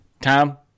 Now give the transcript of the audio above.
Tom